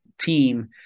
team